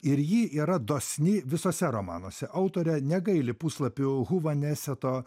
ir ji yra dosni visuose romanuose autorė negaili puslapių huveneseto